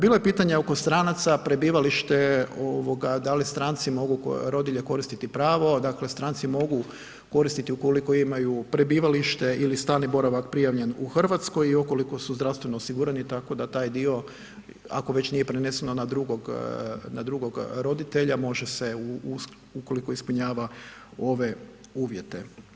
Bilo je pitanja oko stranaca, prebivalište ovoga da li stranci mogu, rodilje koristiti pravo, dakle stranci mogu koristiti ukoliko imaju prebivalište ili stalni boravak prijavljen u RH i ukoliko su zdravstveno osigurani, tako da taj dio ako već nije preneseno na drugog, na drugog roditelja može se ukoliko ispunjava ove uvjete.